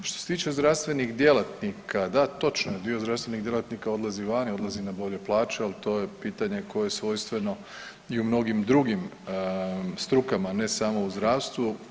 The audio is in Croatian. Što se tiče zdravstvenih djelatnika, da točno je, dio zdravstvenih djelatnika odlazi vani, odlazi na bolje plaće, al to je pitanje koje je svojstveno i u mnogim drugim strukama, a ne samo u zdravstvu.